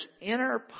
inner